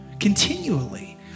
Continually